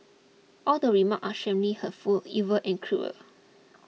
all the remarks are extremely hurtful evil and cruel